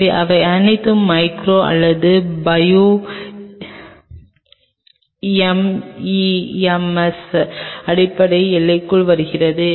எனவே இவை அனைத்தும் மைக்ரோ அல்லது பயோ எம்இஎம்எஸ்ஸின் அடிப்படை எல்லைக்குள் வருகின்றன